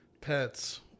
pets